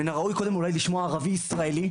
מן הראוי קודם אולי לשמוע ערבי ישראלי,